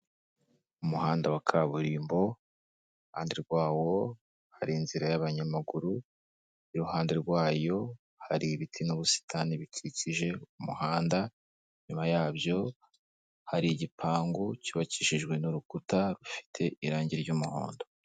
Umuhanda wa kaburimbo, iruhande rwawo hari inzira y'abanyamaguru, iruhande rwayo hari ibiti n'ubusitani bikikije umuhanda, nyuma yabyo hari igipangu cyubakishijwe n'urukuta rufite irangi ry'umuhondo.